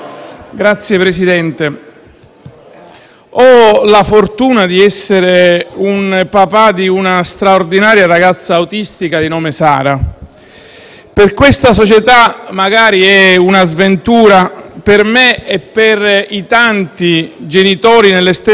ho la fortuna di essere papà di una straordinaria ragazza autistica di nome Sara. Per questa società magari è una sventura; per me e per i tanti genitori nelle stesse condizioni è una fortuna.